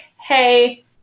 Hey